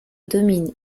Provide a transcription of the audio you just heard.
domine